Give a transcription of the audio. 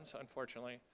unfortunately